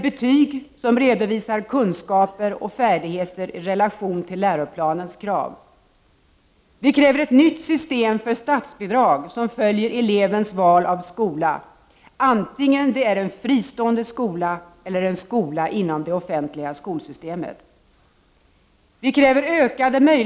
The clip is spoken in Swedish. —- Ett nytt system för statsbidrag som följer elevens val av skola, vare sig detta är en fristående skola eller en skola inom det offentliga skolsystemet.